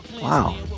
wow